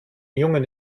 jungen